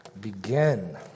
begin